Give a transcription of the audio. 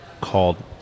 called